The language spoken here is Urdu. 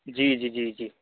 جی جی جی جی